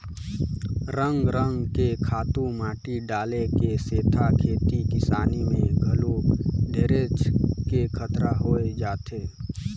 रंग रंग के खातू माटी डाले के सेथा खेती किसानी में घलो ढेरेच के खतरा होय जाथे